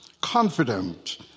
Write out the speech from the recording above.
confident